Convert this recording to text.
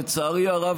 לצערי הרב,